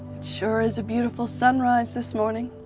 sure is a beautiful sunrise this morning.